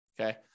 Okay